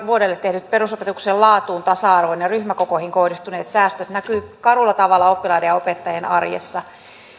vuodelle tehdyt perusopetuksen laatuun tasa arvoon ja ryhmäkokoihin kohdistuneet säästöt näkyvät karulla tavalla oppilaiden ja opettajien arjessa